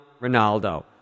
ronaldo